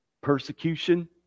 persecution